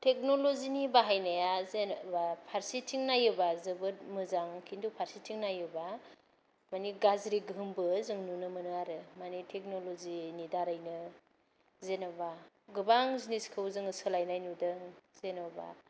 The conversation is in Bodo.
टेकनल'जिनि बाहायनाया जेनेबा फारसेथिं नायोबा जोबोद मोजां किन्तु फारसेथिं नायोबा मानि गाज्रि गोहोमबो जों नुनो मोनो आरो मानि टेकनल'जिनि दारैनो जेनोबा गोबां जिनिसखौ जोङो सोलायनाय नुदों जेनबा